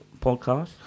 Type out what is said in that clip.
podcast